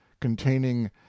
containing